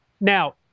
Now